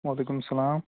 وعلیکُم اسلام